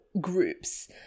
groups